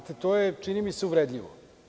To je, čini mi se, uvredljivo.